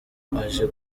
aje